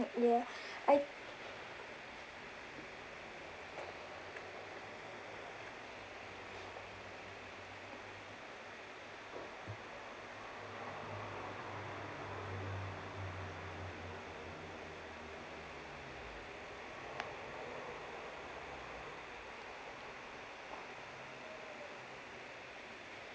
ya I